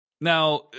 Now